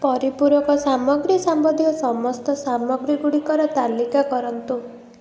ପରିପୂରକ ସାମଗ୍ରୀ ସମ୍ବନ୍ଧୀୟ ସମସ୍ତ ସାମଗ୍ରୀଗୁଡ଼ିକର ତାଲିକା କରନ୍ତୁ